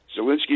Zelensky